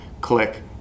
click